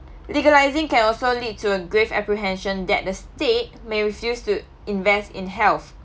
legalising can also lead to a grave apprehension that the state may refuse to invest in health